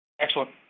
Excellent